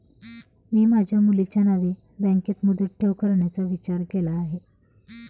मी माझ्या मुलीच्या नावे बँकेत मुदत ठेव करण्याचा विचार केला आहे